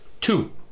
Two